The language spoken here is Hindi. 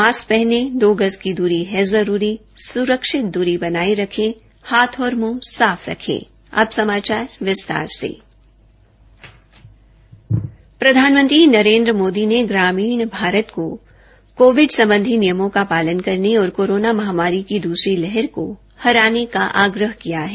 मास्क पहनें दो गज दूरी है जरूरी सुरक्षित दूरी बनाये रखें हाथ और मुंह साफ रखें प्रधानमंत्री नरेन्द्र मोदी ने ग्रामीण भारत को कोविड संबंधी नियमों का पालन करने और कोरोना महामारी की द्सरी लहर को हराने का आग्रह किया है